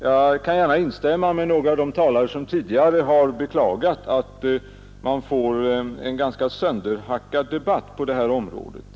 Jag kan gärna instämma med de talare som tidigare har beklagat att vi får en ganska sönderhackad debatt på detta område.